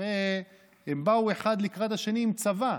הרי הם באו אחד לקראת השני עם צבא,